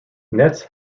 nets